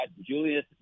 Julius